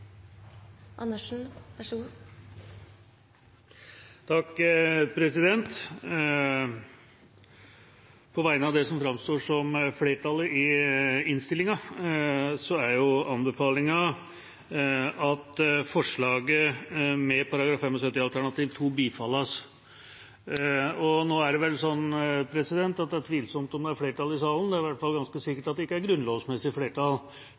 På vegne av det som framstår som flertallet i innstillinga, er anbefalingen at forslaget til § 75 alternativ 2 bifalles. Nå er det tvilsomt om det er flertall i salen – det er i hvert fall ganske sikkert ikke grunnlovsmessig flertall